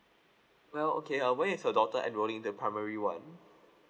well okay uh when is your daughter enrolling the primary one